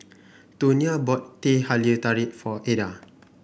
Tonia bought Teh Halia Tarik for Eda